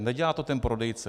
Nedělá to ten prodejce.